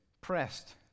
pressed